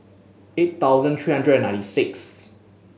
eight thousand three hundred ninety sixth